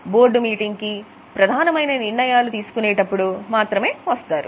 board meeting కి ప్రధానమైన నిర్ణయాలు తీసుకునేటప్పుడు మాత్రమే వస్తారు